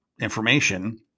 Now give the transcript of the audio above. information